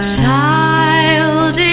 child